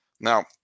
Now